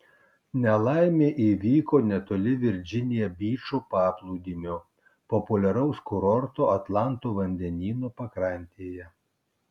nelaimė įvyko netoli virdžinija byčo paplūdimio populiaraus kurorto atlanto vandenyno pakrantėje